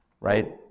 right